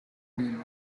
owns